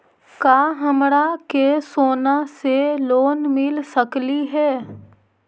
का हमरा के सोना से लोन मिल सकली हे?